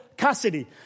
Custody